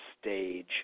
stage